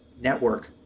network